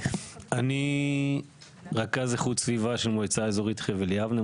אני רכז איכות סביבה של מועצה אזורית חבל יבנה.